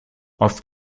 auf